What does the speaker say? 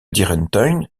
dierentuin